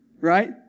right